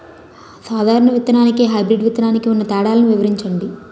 సాధారణ విత్తననికి, హైబ్రిడ్ విత్తనానికి ఉన్న తేడాలను వివరించండి?